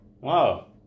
Wow